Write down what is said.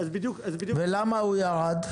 למה הוא ירד?